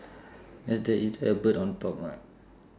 ya there is a bird on top [what]